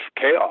chaos